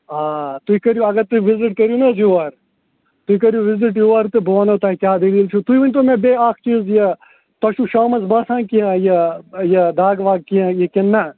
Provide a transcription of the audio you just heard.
آ تُہۍ کٔرِو اگر تُہۍ وِزِٹ کٔرِو نہ حظ یور تُہۍ کٔرِو وِزِٹ یور تہٕ بہٕ وَنو تۄہہِ کیٛاہ دٔلیٖل چھُو تُہۍ ؤنۍتو مےٚ بیٚیہِ اکھ چیٖز یہِ تۄہہِ چھُو شامَس باسان کیٚنہہ یہِ یہِ دَگ وَگ کیٚنہہ یہِ کِنہٕ نہ